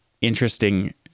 interesting